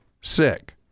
sick